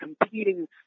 competing